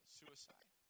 suicide